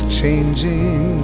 changing